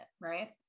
right